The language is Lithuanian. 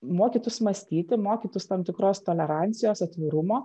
mokytųs mąstyti mokytųs tam tikros tolerancijos atvirumo